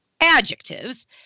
adjectives